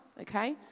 okay